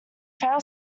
fail